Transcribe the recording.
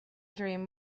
dream